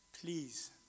please